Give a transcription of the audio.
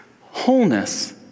wholeness